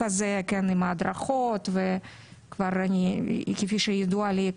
הזה עם ההדרכות ואני כבר כפי שידוע לי,